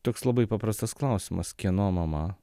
toks labai paprastas klausimas kieno mama